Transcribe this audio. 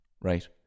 right